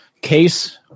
case